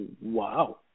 Wow